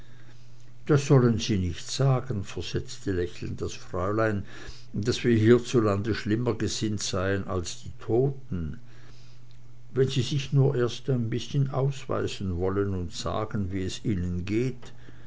das sollen sie nicht sagen versetzte lächelnd das fräulein daß wir hierzulande schlimmer gesinnt seien als die toten wenn sie sich nur erst ein bißchen ausweisen wollen und sagen wie es ihnen geht